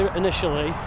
initially